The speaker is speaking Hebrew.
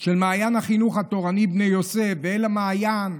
של מעיין החינוך התורני, בני יוסף ואל המעיין,